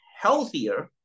healthier